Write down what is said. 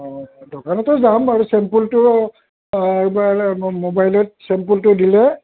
দোকানতো যাম বাৰু চেম্পোলটো ম'বাইলত চেম্পোলটো দিলে